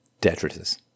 detritus